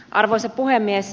arvoisa puhemies